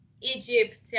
Egypt